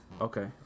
Okay